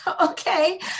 Okay